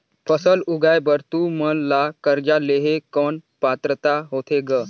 फसल उगाय बर तू मन ला कर्जा लेहे कौन पात्रता होथे ग?